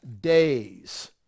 days